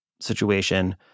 situation